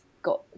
got